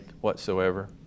whatsoever